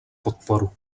podporu